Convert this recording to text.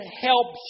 helps